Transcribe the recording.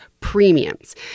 premiums